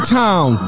town